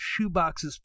shoeboxes